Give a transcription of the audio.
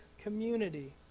community